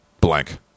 blank